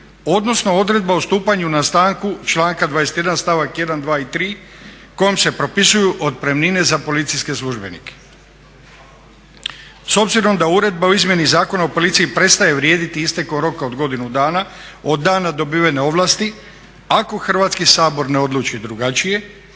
odnosno odredba o stupanju na snagu članka 21. stavak 1., 2. i 3. kojom se propisuju otpremnine za policijske službenike. S obzirom da Uredba o izmjeni Zakona o policiji prestaje vrijediti istekom rok od godinu dana od dana dobivene ovlasti ako Hrvatski sabor ne odluči drugačije,